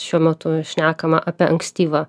šiuo metu šnekama apie ankstyvą